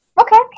okay